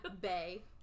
Bay